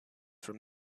from